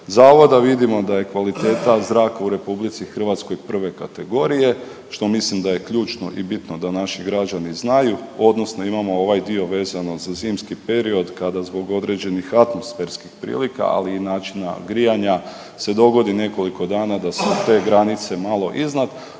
zavoda, vidimo da je kvaliteta zraka u RH prve kategorije, što mislim da je ključno i bitno da naši građani znaju, odnosno imamo ovaj dio vezano za zimski period kada zbog određenih atmosferski prilika, ali i načina grijanja se dogodi nekoliko dana da su te granice malo iznad,